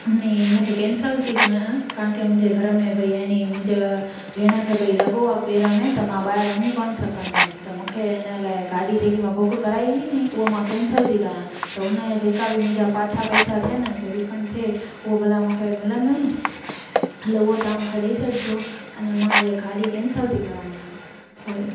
अने हिन खे कैंसिल थी कया काणि की मूंखे घर में भई याने मुंहिंजा भेण खे भई लॻो आहे पेर में त मां ॿाहिरि वञी कोन संघदमि त मूंखे इन लाइ गाॾी जेकी मां बुक कराई हुई नी उहो मां कैंसल थी कया त उन जेका बि मुंहिंजा पाछा पैसा थियनि भई रिफंड थिए उहो भला मूंखे मिलंदो नी हलो उहा तव्हां मूंखे ॾेई छॾिजो अने मां हीअं गाॾी कैंसिल थी करायां पर